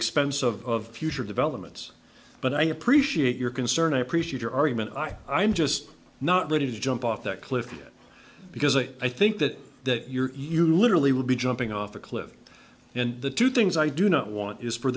expense of future developments but i appreciate your concern i appreciate your argument i i'm just not ready to jump off that cliff yet because i think that that you're you literally would be jumping off a cliff and the two things i do not want is for